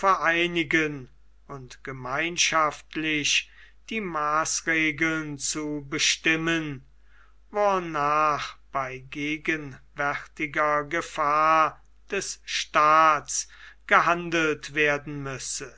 vereinigen und gemeinschaftlich die maßregeln zu bestimmen wornach bei gegenwärtiger gefahr des staats gehandelt werden müsse